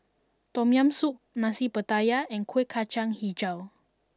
Tom Yam Soup Nasi Pattaya and Kueh Kacang HiJau